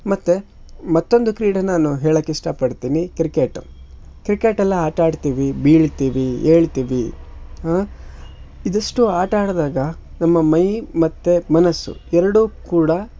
ಮತ್ತು ಮತ್ತೊಂದು ಕ್ರೀಡೆ ನಾನು ಹೇಳಕ್ಕೆ ಇಷ್ಟಪಡ್ತೀನಿ ಕ್ರಿಕೆಟು ಕ್ರಿಕೆಟ್ ಎಲ್ಲ ಆಟಾಡ್ತೀವಿ ಬೀಳ್ತೀವಿ ಏಳ್ತೀವಿ ಇದಿಷ್ಟು ಆಟಾಡ್ದಾಗ ನಮ್ಮ ಮೈ ಮತ್ತು ಮನಸ್ಸು ಎರಡೂ ಕೂಡ